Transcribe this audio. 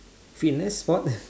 fitness sport